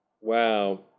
Wow